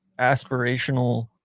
aspirational